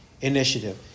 initiative